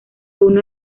uno